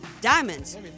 diamonds